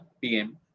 pm